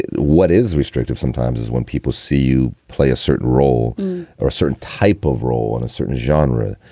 what is restrictive sometimes is when people see you play a certain role or a certain type of role in a certain genre,